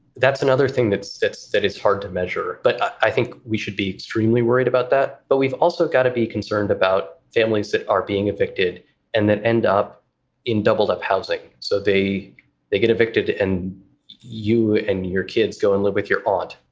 that's another thing that's that's that is hard to measure. but i think we should be extremely worried about that. but we've also got to be concerned about families that are being evicted and then end up in doubled up housing. so they they get evicted and you and your kids go and live with your aunt.